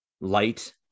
light